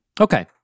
Okay